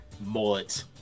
Mullet